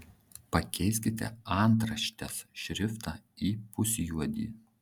pakeiskite antraštės šriftą į pusjuodį